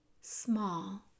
small